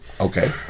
Okay